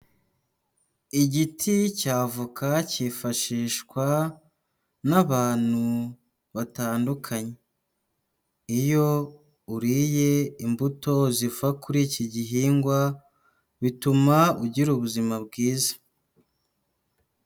Igiti cya avoka cyifashishwa n'abantu batandukanye, iyo uriye imbuto ziva kuri iki gihingwa, bituma ugira ubuzima bwiza.